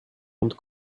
und